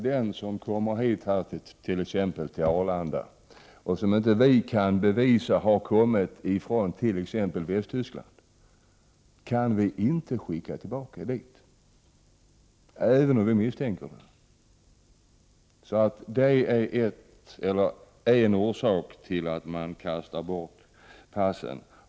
Den som kommer hit till Arlanda, och som vi inte kan bevisa har kommit från t.ex. Västtyskland, kan vi inte skicka tillbaka dit. Detta är en orsak till att flyktingar kastar bort passen.